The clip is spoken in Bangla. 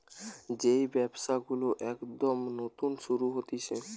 যেই ব্যবসা গুলো একদম নতুন শুরু হতিছে